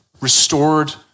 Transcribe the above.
restored